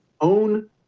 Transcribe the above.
own